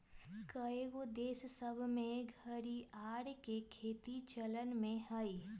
कएगो देश सभ में घरिआर के खेती चलन में हइ